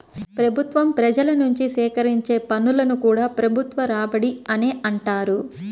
ప్రభుత్వం ప్రజల నుంచి సేకరించే పన్నులను కూడా ప్రభుత్వ రాబడి అనే అంటారు